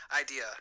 idea